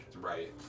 Right